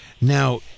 now